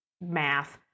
math